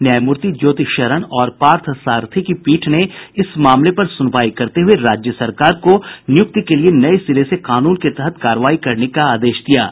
न्यायामूर्ति ज्योति शरण और पार्थसारथी की पीठ ने इस मामले पर सूनवाई करते हुए राज्य सरकार को नियुक्ति के लिए नये सिरे से कानून के तहत कार्रवाई करने का आदेश दिया है